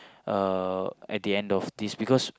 uh at the end of this because